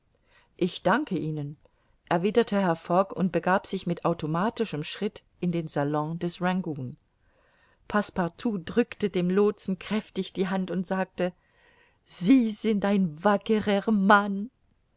ich danke ihnen erwiderte herr fogg und begab sich mit automatischem schritt in den salon des rangoon passepartout drückte dem lootsen kräftig die hand und sagte sie sind ein wackerer mann